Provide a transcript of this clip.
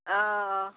অঁঁ